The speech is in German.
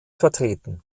vertreten